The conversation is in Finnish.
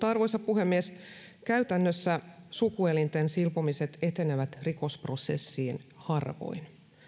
arvoisa puhemies käytännössä sukuelinten silpomiset etenevät rikosprosessiin harvoin